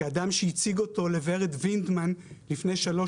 כאדם שהציג אותו לוורד וינדמן לפני שלוש